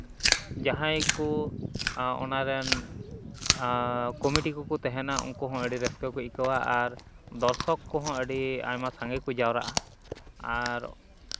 ᱡᱟᱦᱟᱸᱭ ᱠᱚ ᱚᱱᱟ ᱨᱮᱱ ᱠᱚᱢᱤᱴᱤ ᱠᱚᱠᱚ ᱛᱟᱦᱮᱱᱟ ᱩᱱᱠᱩ ᱦᱚᱸ ᱟᱹᱰᱤ ᱨᱟᱹᱥᱠᱟᱹ ᱠᱚ ᱟᱹᱭᱠᱟᱹᱣᱟ ᱟᱨ ᱫᱚᱨᱥᱚᱠ ᱠᱚᱦᱚᱸ ᱟᱹᱰᱤ ᱟᱭᱢᱟ ᱥᱟᱸᱜᱮ ᱠᱚ ᱡᱟᱣᱨᱟᱜᱼᱟ ᱟᱨ